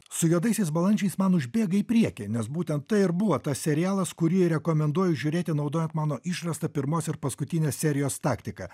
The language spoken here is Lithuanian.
su juodaisiais balandžiais man užbėgai į priekį nes būtent tai ir buvo tas serialas kurį rekomenduoju žiūrėti naudojant mano išrasta pirmos ir paskutinės serijos taktiką